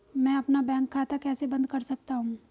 मैं अपना बैंक खाता कैसे बंद कर सकता हूँ?